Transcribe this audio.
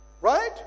Right